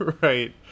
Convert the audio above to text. right